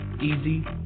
easy